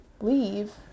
leave